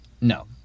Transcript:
No